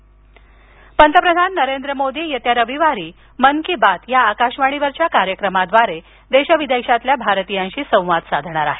मन की बात पंतप्रधान नरेंद्र मोदी हे येत्या रविवारी मन की बात या आकाशवाणीवरील कार्यक्रमाद्वारे देशातील आणि विदेशातील भारतीयांशी संवाद साधणार आहेत